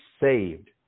saved